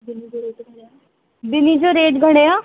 ॿिनि जो रेट घणे आहे ॿिन्ही जो रेट घणे आहे